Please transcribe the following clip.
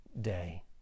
Day